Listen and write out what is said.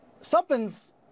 Something's